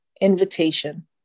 Invitation